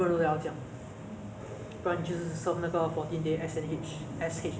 就是你你介绍我这个工作我们来就是现在就是在